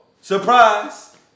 surprise